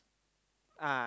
ah